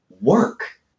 work